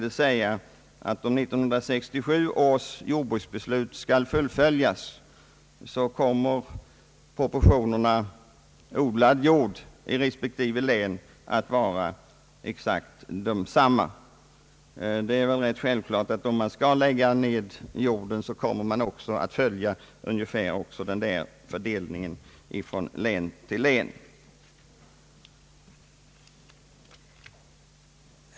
Men skall 1967 års jordbruksbeslut fullföljas, så blir resultatet ungefär det här angivna totalt sett. Det är väl också sannolikt att fördelningen mellan länen kommer att bli densamma.